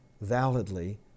validly